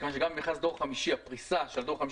מכיוון שגם במכרז לדור 5 הפריסה התבססה